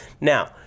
Now